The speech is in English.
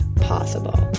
possible